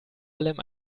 allem